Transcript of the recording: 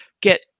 get